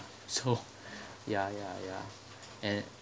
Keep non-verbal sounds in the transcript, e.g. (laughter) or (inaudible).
so (laughs) ya ya ya and